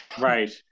right